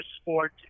sport